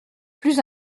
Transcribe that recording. plus